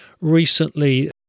recently